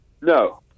No